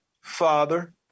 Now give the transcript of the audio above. father